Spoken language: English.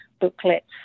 booklets